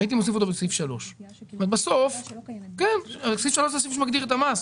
הייתי מוסיף אותו בסעיף 3. סעיף 3 הוא סעיף שמגדיר את המס,